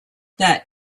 that